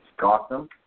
Gotham